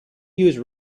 use